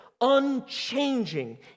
unchanging